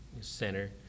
center